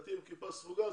דתי עם כיפה סרוגה.